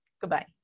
Goodbye